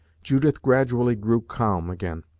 judith gradually grew calm again,